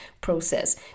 process